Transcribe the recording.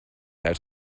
out